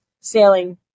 sailing